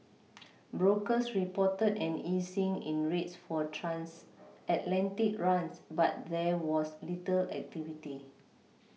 brokers reported an easing in rates for transatlantic runs but there was little activity